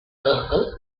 vehicle